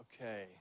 Okay